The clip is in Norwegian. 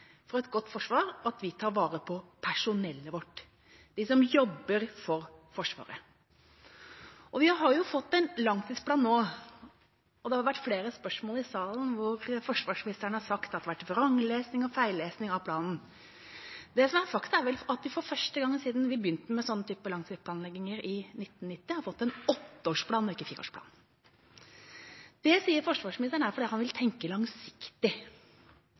at vi tar vare på personellet vårt, de som jobber for Forsvaret. Vi har jo fått en langtidsplan nå, og det har vært flere spørsmål i salen der forsvarsministeren har sagt at det har vært vranglesning og feillesning av planen. Det som er faktum, er at vi for første gang siden vi begynte med langtidsplanlegging i 1990, har fått en åtteårsplan, ikke en fireårsplan. Det sier forsvarsministeren er fordi han vil tenke langsiktig.